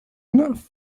enough